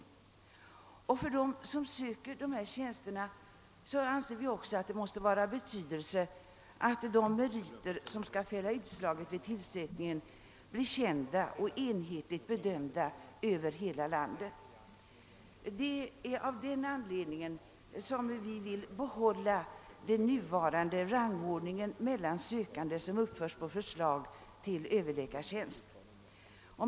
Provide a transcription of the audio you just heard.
Vi anser också att det för dem som söker dessa tjänster måste vara av betydelse att de meriter som skall fälla utslaget vid tillsättningen blir kända och enhetligt bedömda över hela landet. Det är av den anledningen vi vill behålla den nuvarande rangordningen mellan sökande som uppförs på förslag till överläkartjänster.